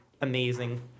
amazing